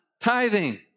tithing